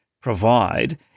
provide